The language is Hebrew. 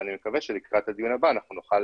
ואני מקווה שלקראת הדיון הבא אנחנו נוכל